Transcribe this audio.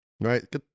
Right